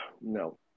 No